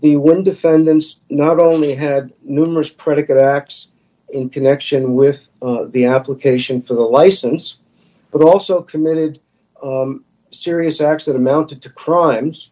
the one defendants not only had numerous predicate acts in connection with the application for the license but also committed serious accident mounted to crimes